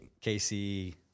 Casey